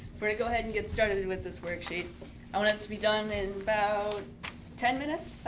we're gonna go ahead and get started with this worksheet. i want it to be done in about ten minutes.